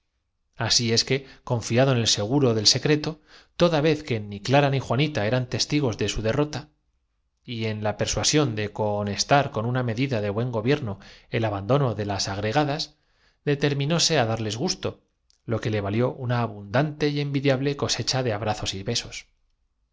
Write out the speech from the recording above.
asi es que confiado en el seguro del secreto toda vez que ni clara ni juanita eran testigos de su capítulo xi derrota y en la persuasión de cohonestar con una medida de buen gobierno el abandono de las agrega un poco de erudición fastidiosa aunque necesaria das determinóse á darles gusto lo que le valió una abundante y envidiable cosecha de abrazos y besos